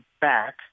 back